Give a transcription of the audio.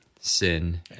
sin